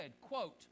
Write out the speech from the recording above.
quote